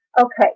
Okay